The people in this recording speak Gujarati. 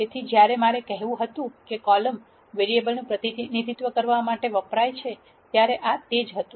તેથી જ્યારે મારો કહેવું હતું કે કોલમ વેરીએબલ નું પ્રતિનિધિત્વ કરવા માટે વપરાય છે ત્યારે આ તે જ હતો